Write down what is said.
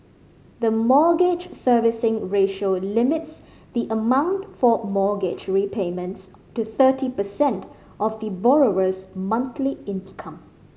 the Mortgage Servicing Ratio limits the amount for mortgage repayments to thirty percent of the borrower's monthly income